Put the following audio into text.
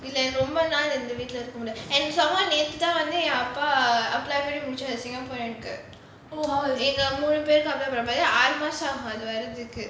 இல்ல எனக்கு ரொம்ப நாள் இந்த வீட்ல இருக்க முடியாது:illa enaku romba naal intha veetla iruka mudiyaathu and some more நேத்துதான் வந்து என் அப்பா:nethuthaan vanthu en appa apply பண்ணி முடிச்சாச்சு:panni mudichachu singaporean ஆறு மாசம் ஆகும் அது வரதுக்கு:aaru maasam aagum athu varathuku